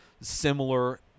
similar